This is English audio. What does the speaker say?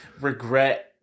regret